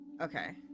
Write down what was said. Okay